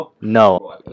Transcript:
No